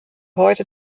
heute